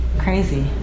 crazy